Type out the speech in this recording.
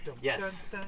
yes